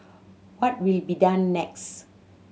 what will be done next